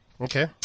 Okay